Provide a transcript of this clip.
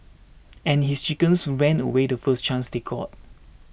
and his chickens ran away the first chance they got